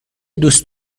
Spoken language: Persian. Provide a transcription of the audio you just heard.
دوست